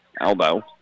elbow